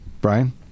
Brian